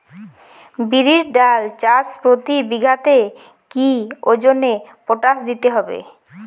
বিরির ডাল চাষ প্রতি বিঘাতে কি ওজনে পটাশ দিতে হবে?